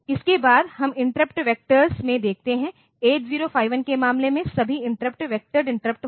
इसके बाद हम इंटरप्ट वैक्टर में देखते हैं 8051 के मामले में सभी इंटरप्ट वेक्टोरेड इंटरप्ट होते हैं